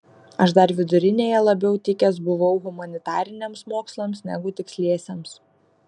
aš dar vidurinėje labiau tikęs buvau humanitariniams mokslams negu tiksliesiems